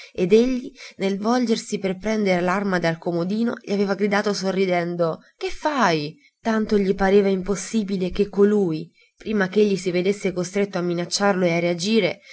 ed egli nel volgersi per prendere l'arma dal comodino gli aveva gridato sorridendo che fai tanto gli pareva impossibile che colui prima ch'egli si vedesse costretto a minacciarlo e a reagire